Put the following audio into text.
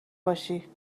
باشی